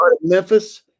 Memphis